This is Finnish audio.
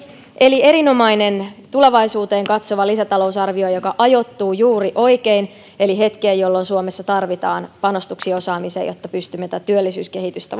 eli erinomainen tulevaisuuteen katsova lisätalousarvio joka ajoittuu juuri oikein eli hetkeen jolloin suomessa tarvitaan panostuksia osaamiseen jotta pystymme tätä työllisyyskehitystä